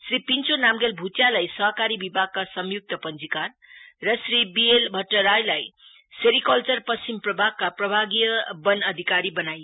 श्री पिन्छो नामग्याल भुटियालाई सहकारी विभागका संयुक्त पंजीकार र श्री बीएल भट्टराईलाई सेरिकल्चर पश्चिम प्रभागका प्रभागीय वन अधिकारी बनाइएको छ